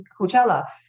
coachella